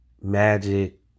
Magic